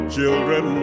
Children